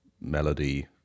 melody